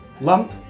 Lump